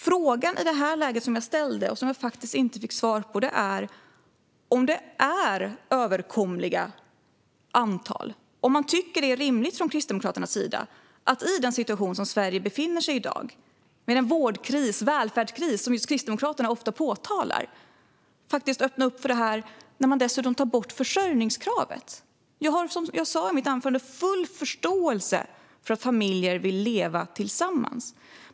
Frågan som jag ställde och som jag inte fick svar på är om detta är överkomliga antal. Tycker Kristdemokraterna att det är rimligt i den situation där Sverige i dag befinner sig med en vårdkris och en välfärdskris, något som just Kristdemokraterna ofta påtalar, att öppna för detta och att dessutom ta bort försörjningskravet? Som jag sa i mitt anförande har jag full förståelse för att familjer vill leva tillsammans.